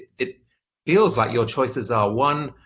it feels like your choices are one,